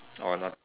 or no